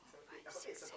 five six seven